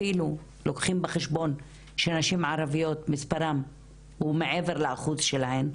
אפילו לוקחים בחשבון שנשים ערביות מספרן הוא מעבר לאחוז שלהן,